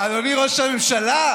אדוני ראש הממשלה,